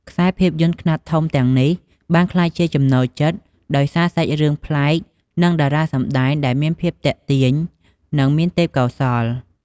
ខ្សែរភាពយន្តខ្នាតធំទាំងនេះបានក្លាយជាចំណូលចិត្ត ដោយសារសាច់រឿងប្លែក និងតារាសម្ដែងដែលមានភាពទាក់ទាញ នឹងមានទេពកោសល្យ ។